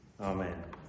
Amen